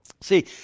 See